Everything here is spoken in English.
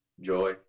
joy